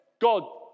God